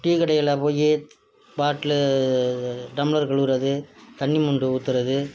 tea கடைகளில் போய் த் பாட்லு டம்ளர் கழுவுறது தண்ணி மொண்டு ஊற்றுறது